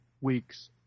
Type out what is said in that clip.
weeks